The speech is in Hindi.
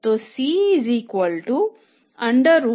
तो C